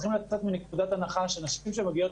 צריכים לצאת מנקודת הנחה שנשים שמגיעות